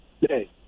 today